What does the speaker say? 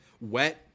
Wet